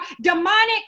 demonic